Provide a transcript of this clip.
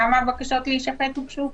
כמה בקשות להישפט הוגשו.